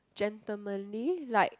gentlemanly like